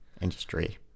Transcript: industry